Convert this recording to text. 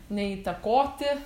ne įtakoti